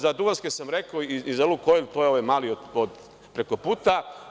Za duvanske sam rekao i „Lukoil“. to je ovaj mali od preko puta.